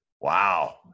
wow